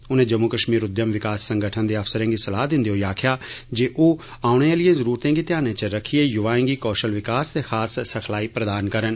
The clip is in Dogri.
उनें जम्मू कश्मीर उद्यम विकास संगठन दे अफसरें गी सलाह दिंदे होई आक्खेआ जे ओह् औने आह्लिएं जरूरतें गी ध्यानै च रखियै युवाएं गी कौशल विकास ते खास सिखलाई प्रदान करन